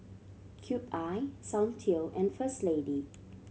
Cube I Soundteoh and First Lady